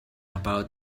about